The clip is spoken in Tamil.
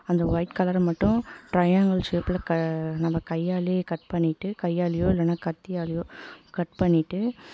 அந்த ஒயிட் கலரை மட்டும் ட்ரையாங்கள் ஷேப்பில் நம்ம கையாலேயே கட் பண்ணிவிட்டு கையாலேயோ இல்லைன்னா கத்தியாலேயோ கட் பண்ணிவிட்டு